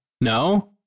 No